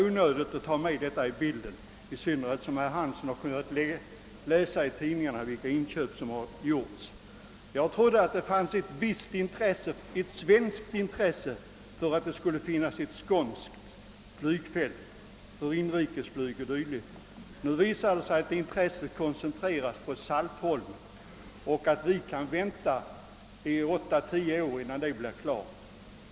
Jag tycker att det var helt onödigt av herr Hansson i Skegrie att föra in denna aspekt i bilden, i synnerhet som han i tidningarna kunnat läsa om de markköp som gjorts. Jag trodde det fanns ett svenskt intresse att vi skulle ha ett skånskt flygfält för inrikesflyg o.d. Nu visar det sig att intresset koncentreras på Saltholm och att vi kan få vänta i 8—10 år innan det projektet blir klart.